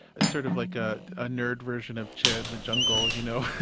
sort of like a ah nerd version of chad and the jungle, you know,